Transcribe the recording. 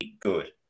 good